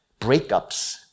Breakups